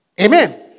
Amen